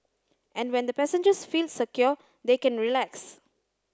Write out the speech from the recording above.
and when the passengers feel secure they can relax